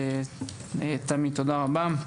תמי, תודה רבה,